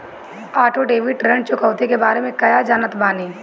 Auto debit ऋण चुकौती के बारे में कया जानत बानी?